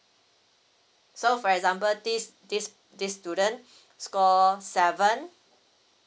so for example this this this student score seven